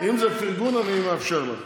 אם זה פרגון, אני מאפשר לך.